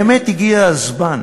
באמת הגיע הזמן.